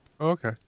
Okay